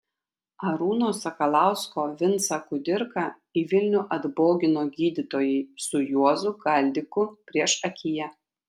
arūno sakalausko vincą kudirką į vilnių atbogino gydytojai su juozu galdiku priešakyje